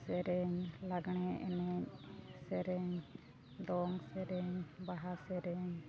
ᱥᱮᱨᱮᱧ ᱞᱟᱜᱽᱬᱮ ᱮᱱᱮᱡ ᱥᱮᱨᱮᱧ ᱫᱚᱝ ᱥᱮᱨᱮᱧ ᱵᱟᱦᱟ ᱥᱮᱨᱮᱧ